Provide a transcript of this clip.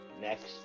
Next